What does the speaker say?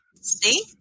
See